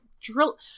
drill